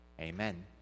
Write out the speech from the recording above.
Amen